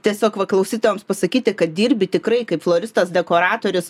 tiesiog va klausytojams pasakyti kad dirbi tikrai kaip floristas dekoratorius